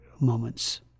moments